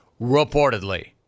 reportedly